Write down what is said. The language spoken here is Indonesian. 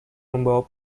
membawa